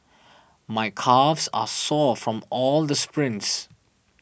my calves are sore from all the sprints